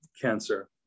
cancer